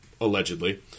allegedly